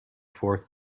fourth